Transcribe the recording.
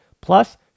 Plus